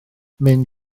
mynd